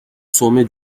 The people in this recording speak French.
sommet